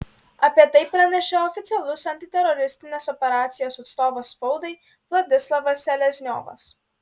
apie tai pranešė oficialus antiteroristinės operacijos atstovas spaudai vladislavas selezniovas